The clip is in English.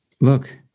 look